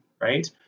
right